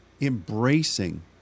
embracing